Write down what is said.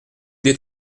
des